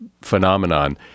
phenomenon